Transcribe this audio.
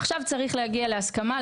עכשיו צריך להגיע להסכמה.